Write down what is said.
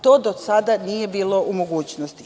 To do sada nije bilo u mogućnosti.